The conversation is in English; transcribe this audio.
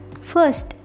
First